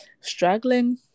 struggling